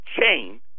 Chain